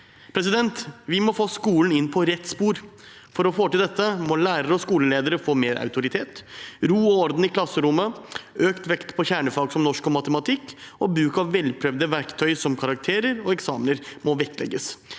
lekkert». Vi må få skolen inn på rett spor. For å få til dette må lærere og skoleledere få mer autoritet. Ro og orden i klasserommet, økt vekt på kjernefag som norsk og matematikk og bruk av velprøvde verktøy som karakterer og eksamener må vektlegges.